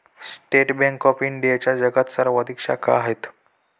state bank of इंडियाच्या जगात सर्वाधिक शाखा आहेत